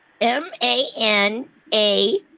M-A-N-A